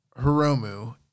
Hiromu